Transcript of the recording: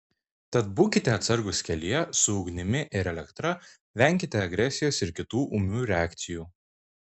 tad būkite atsargūs kelyje su ugnimi ir elektra venkite agresijos ir kitų ūmių reakcijų